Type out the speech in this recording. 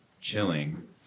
chilling